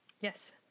Yes